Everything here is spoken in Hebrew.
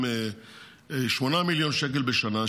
8 מיליון שקל בשנה,